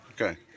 Okay